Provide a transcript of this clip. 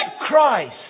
Christ